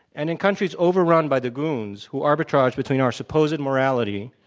and in countries overrun by the goons who arbitrage between our supposed morality,